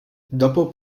dopo